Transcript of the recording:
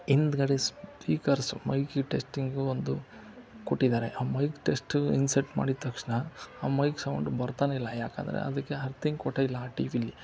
ಹಿಂದ್ಗಡೆ speakers mic testing ಒಂದು ಕೊಟ್ಟಿದ್ದಾರೆ ಆ ಮೈಕ್ ಟೆಸ್ಟು ಇನ್ಸಟ್ ಮಾಡಿದ ತಕ್ಷಣ ಆ ಮೈಕ್ ಸೌಂಡು ಬರ್ತನೇ ಇಲ್ಲ ಯಾಕಂದರೆ ಅದಕ್ಕೆ ಹರ್ತಿಂಗ್ ಕೊಟ್ಟೇ ಇಲ್ಲ ಆ ಟಿ ವಿಲ್ಲಿ